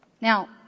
Now